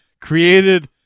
created